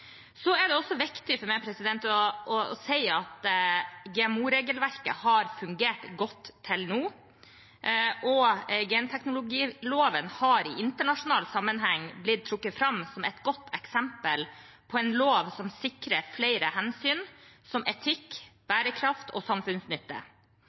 si at GMO-regelverket har fungert godt til nå, og genteknologiloven har i internasjonal sammenheng blitt trukket fram som et godt eksempel på en lov som sikrer flere hensyn, som etikk,